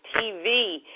TV